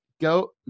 go